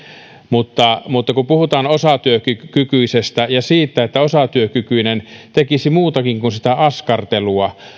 mutta mutta kun puhutaan osatyökykyisestä ja siitä että osatyökykyinen tekisi muutakin kuin sitä askartelua